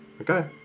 Okay